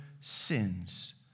sins